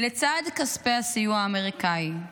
לצד כספי הסיוע האמריקני.